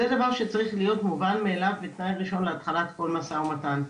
זה דבר שצריך להיות מובן מאליו כצעד ראשון להתחלת כל משא ומתן.